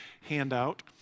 handout